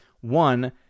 one